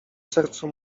sercu